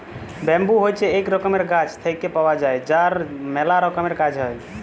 bamboo হছে ইক রকমের গাছ থেক্যে পাওয়া যায় যার ম্যালা রকমের কাজ হ্যয়